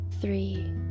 three